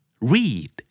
Read